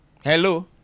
Hello